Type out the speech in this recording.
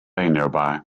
nearby